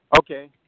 Okay